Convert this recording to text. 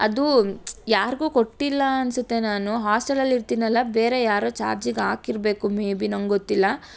ಅದೂ ಯಾರಿಗೂ ಕೊಟ್ಟಿಲ್ಲಾ ಅನಿಸುತ್ತೆ ನಾನು ಹಾಸ್ಟೆಲಲ್ಲಿ ಇರ್ತೀನಲ್ಲ ಬೇರೆ ಯಾರೋ ಚಾರ್ಜಿಗೆ ಹಾಕಿರ್ಬೇಕು ಮೇಬಿ ನಂಗೊತ್ತಿಲ್ಲ